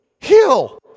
Heal